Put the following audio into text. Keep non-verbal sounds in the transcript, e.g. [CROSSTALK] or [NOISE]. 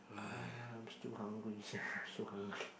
I'm still hungry sia [BREATH] so hungry [BREATH]